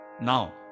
now